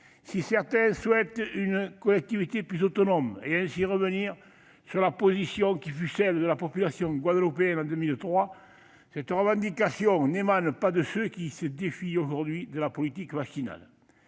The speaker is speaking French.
Si certains souhaitent une collectivité plus autonome, ce qui aboutirait à revenir sur la position exprimée par la population guadeloupéenne en 2003, une telle revendication n'émane pas de ceux qui se défient aujourd'hui de la politique vaccinale.